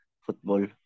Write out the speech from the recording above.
football